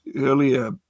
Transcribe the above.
earlier